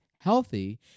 healthy